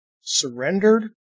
surrendered